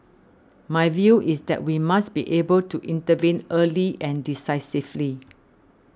my view is that we must be able to intervene early and decisively